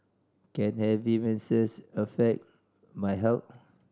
can heavy menses affect my health